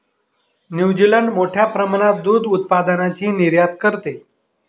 New Zealand मोठ्या प्रमाणात दुग्ध उत्पादनाची निर्यात करते